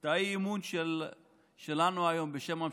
את האי-אמון שלנו היום, בשם המשותפת,